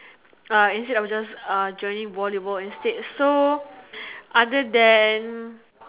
uh instead of just uh joining volleyball instead so other than